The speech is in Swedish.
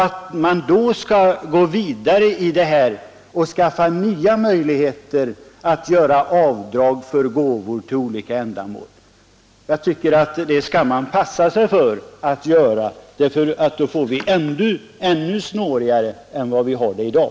Att under sådana förhållanden tillskapa nya avdragsmöjligheter — i detta fall för gåvor till olika ändamål — tycker jag att vi bör passa oss för, så att vi inte får det ännu snårigare än vad vi har det i dag.